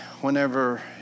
whenever